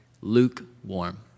lukewarm